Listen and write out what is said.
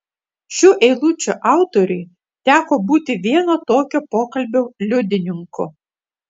šių eilučių autoriui teko būti vieno tokio pokalbio liudininku